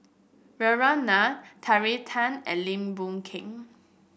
Nair Terry Tan and Lim Boon Keng